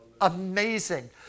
amazing